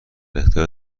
اختیار